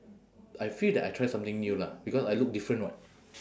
I feel that I try something new lah because I look different [what]